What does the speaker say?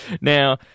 Now